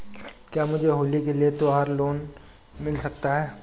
क्या मुझे होली के लिए त्यौहार लोंन मिल सकता है?